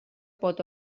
pot